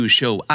show